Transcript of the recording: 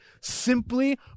simply